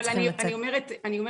אני מבינה.